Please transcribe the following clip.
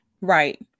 right